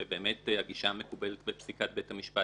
ובאמת הגישה המקובלת בפסיקת בית המשפט